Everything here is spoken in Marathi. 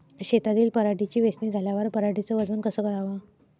शेतातील पराटीची वेचनी झाल्यावर पराटीचं वजन कस कराव?